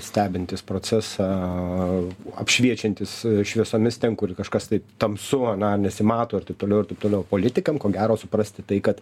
stebintis procesą apšviečiantis šviesomis ten kur kažkas tai tamsu nesimato ir taip toliau ir taip toliau politikam ko gero suprasti tai kad